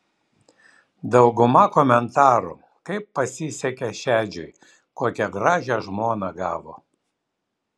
dauguma komentarų kaip pasisekė šedžiui kokią gražią žmoną gavo